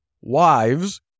wives